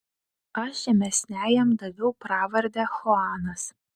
aš žemesniajam daviau pravardę chuanas